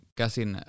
käsin